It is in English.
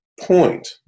point